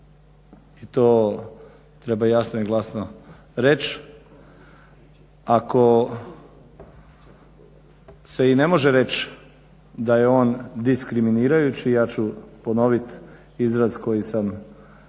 i to treba jasno i glasno reći. Ako se i ne može reći da je on diskriminirajući ja ću ponovit izraz koji sam evo